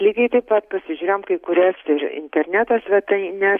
lygiai taip pat pasižiūrėjome kai kurias ir interneto svetaines